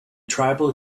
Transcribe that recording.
tribal